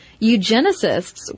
eugenicists